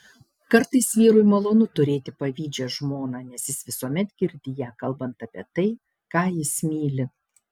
kartais vyrui malonu turėti pavydžią žmoną nes jis visuomet girdi ją kalbant apie tai ką jis myli